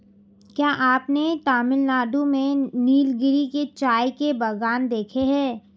क्या आपने तमिलनाडु में नीलगिरी के चाय के बागान देखे हैं?